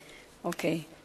למצוא מקור תעסוקה,